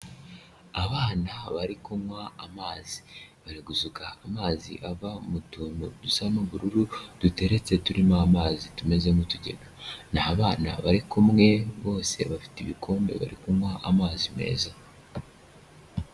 Abana bari kunywa amazi. Bari gusuka amazi ava mu tuntu dusa n'ubururu, duteretse turimo amazi tumeze nk'utujyega. Ni abana bari kumwe, bose bafite ibikombe bari kunywa amazi meza.